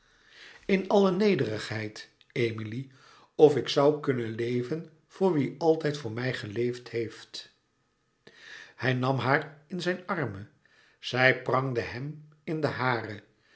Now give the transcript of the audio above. in alle nederigheid emilie of ik zoû kunnen leven voor wie altijd voor mij geleefd heeft hij nam haar in zijn armen zij prangde hem in de hare